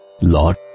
Lord